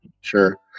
Sure